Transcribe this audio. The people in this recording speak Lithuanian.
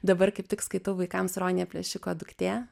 dabar kaip tik skaitau vaikams ronja plėšiko duktė